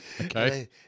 Okay